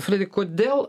fredi kodėl